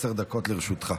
עשר דקות לרשותך.